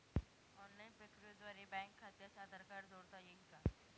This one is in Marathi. ऑनलाईन प्रक्रियेद्वारे बँक खात्यास आधार कार्ड जोडता येईल का?